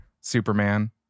Superman